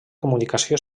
comunicació